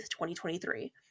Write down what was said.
2023